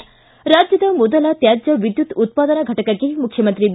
ಿ ರಾಜ್ಯದ ಮೊದಲ ತ್ಯಾಜ್ಯ ವಿದ್ಯುತ್ ಉತ್ಪಾದನಾ ಘಟಕಕ್ಕೆ ಮುಖ್ಯಮಂತ್ರಿ ಬಿ